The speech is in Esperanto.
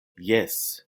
jes